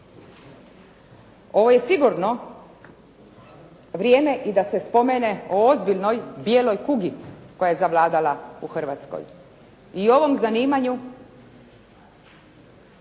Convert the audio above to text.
Ovo je sigurno vrijeme i da se spomene o ozbiljnoj bijeloj kugi koja je zavladala u Hrvatskoj i ovom zanimanju